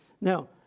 Now